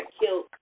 killed